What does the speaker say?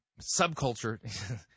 subculture